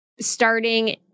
starting